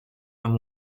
and